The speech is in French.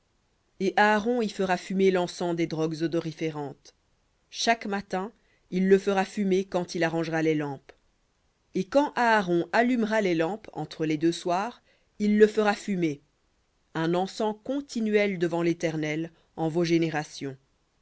et aaron y fera fumer l'encens des drogues odoriférantes chaque matin il le fera fumer quand il arrangera les lampes et quand aaron allumera les lampes entre les deux soirs il le fera fumer un encens continuel devant l'éternel en vos générations